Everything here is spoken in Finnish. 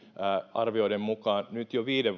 arvioiden mukaan nyt jo viiden